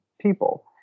people